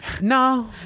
no